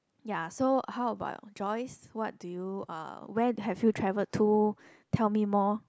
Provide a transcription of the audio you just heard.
ya so how about Joyce what do you uh where have you traveled to tell me more